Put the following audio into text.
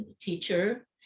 teacher